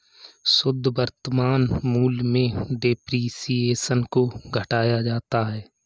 शुद्ध वर्तमान मूल्य में डेप्रिसिएशन को घटाया जाता है